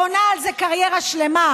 בונה על זה קריירה שלמה,